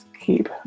keep